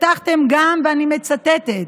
הבטחתם גם, ואני מצטטת,